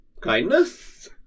Kindness